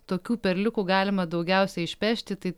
tokių perliukų galima daugiausiai išpešti tai